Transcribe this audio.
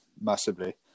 massively